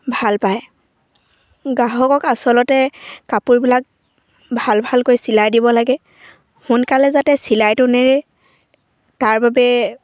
ভাল পায় গ্ৰাহকক আচলতে কাপোৰবিলাক ভাল ভালকৈ চিলাই দিব লাগে সোনকালে যাতে চিলাইটো নেৰে তাৰ বাবে